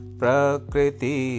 prakriti